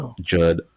judd